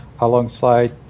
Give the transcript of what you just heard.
alongside